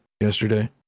yesterday